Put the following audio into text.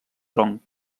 tronc